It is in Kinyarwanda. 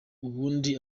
ubundi